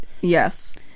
Yes